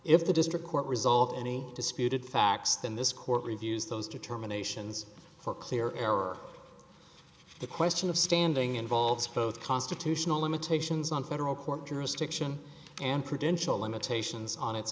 if the district court result any disputed facts then this court reviews those determinations for clear error the question of standing involves both constitutional limitations on federal court jurisdiction and prudential limitations on it